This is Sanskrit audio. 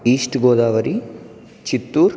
ईस्ट् गोदावरी चित्तूर्